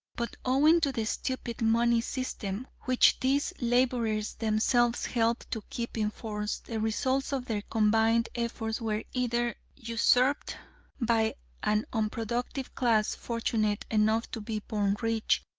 but owing to the stupid money system, which these laborers them selves help to keep in force, the results of their combined efforts were either usurped by an unproductive class fortunate enough to be born rich,